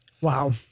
Wow